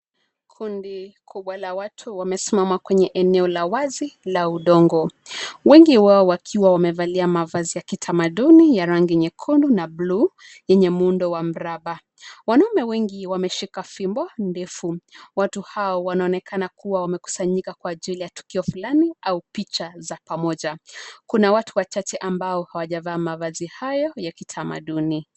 Kundi kubwa la watu wamesimama kwenye eneo la wazi, la udongo. Wengi wao wakiwa wamevalia mavazi ya kitamaduni ya rangi nyekundu na bluu, yenye muundo wa mraba. Wanaume wengi wameshika fimbo ndefu. Watu hao wanaonekana kuwa wamekusanyika kwa ajili ya tukio fulani, au picha za pamoja. Kuna watu wachache ambao hawajavaa mavazi hayo ya kitamaduni.